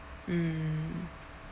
mm